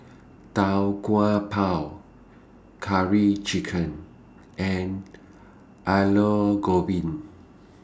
Tau Kwa Pau Curry Chicken and Aloo Gobi